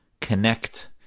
connect